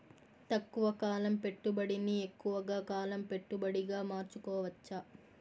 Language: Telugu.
తక్కువ కాలం పెట్టుబడిని ఎక్కువగా కాలం పెట్టుబడిగా మార్చుకోవచ్చా?